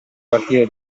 partire